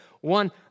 One